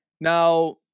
Now